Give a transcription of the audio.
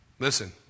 Listen